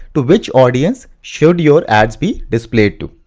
to which audience should your ad be displayed to.